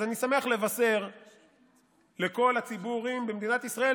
אז אני שמח לבשר לכל הציבורים במדינת ישראל